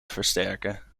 versterken